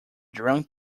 drunk